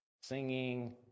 Singing